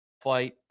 fight